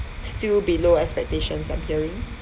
still below expectations I'm hearing